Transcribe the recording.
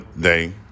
day